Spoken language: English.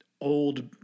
old